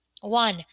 one